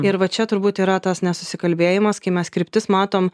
ir va čia turbūt yra tas nesusikalbėjimas kai mes kryptis matom